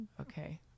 Okay